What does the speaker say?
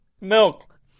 milk